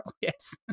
Yes